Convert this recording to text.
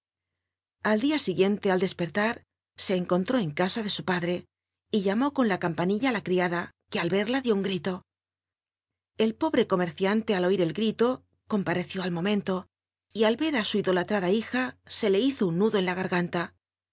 al dia si uicnlc al cll pcrtar e cnconlró cn casa su padre y llamrl con la campanil a ú la ctiada que al verla dió un atilo el pohre comerciaulc al oir el grito com arecicí al momcnlo r al ver á u idolatrada hija e le hizo un nuclo rn la garganta